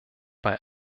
bei